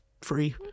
free